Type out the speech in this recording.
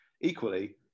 equally